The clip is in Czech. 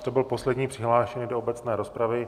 To byl poslední přihlášený do obecné rozpravy.